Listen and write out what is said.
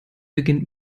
beginnt